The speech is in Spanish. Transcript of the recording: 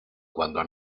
cuando